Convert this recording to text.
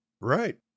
Right